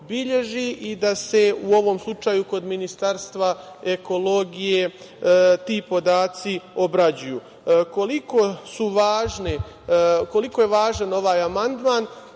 i da se, u ovom slučaju kod Ministarstva ekologije, ti podaci obrađuju. Koliko je važan ovaj amandman?